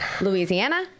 Louisiana